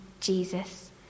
Jesus